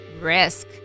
risk